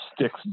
sticks